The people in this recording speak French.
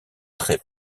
traits